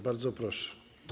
Bardzo proszę.